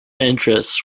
interests